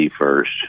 first